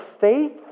faith